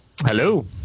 Hello